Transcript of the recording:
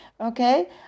Okay